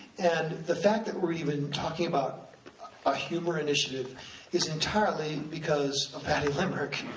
and the fact that we're even talking about a humor initiative is entirely because of patty limerick,